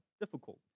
difficult